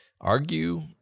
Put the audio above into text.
argue